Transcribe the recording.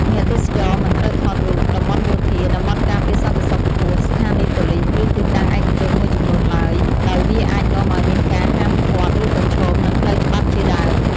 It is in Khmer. អ្នកទេសចរមិនត្រូវថតរូប តំបន់យោធា តំបន់ការពារសន្តិសុខខ្ពស់ ស្ថានីយ៍ប៉ូលីស ឬទីតាំងឯកជនមួយចំនួនឡើង ដោយវាអាចនាំឲ្យមានការហាមឃាត់ ឬប្រឈមនឹងផ្លូវច្បាប់ជាដើម។